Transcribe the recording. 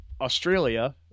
Australia